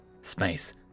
space